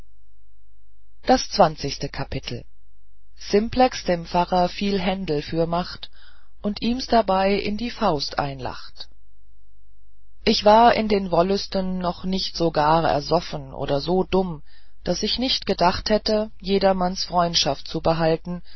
das zwanzigste kapitel simplex dem pfarrer viel händel fürmacht und ihms darbei in die faust hineinlacht ich war in den wollüsten doch nicht so gar ersoffen oder so dumm daß ich nicht gedacht hätte jedermanns freundschaft zu behalten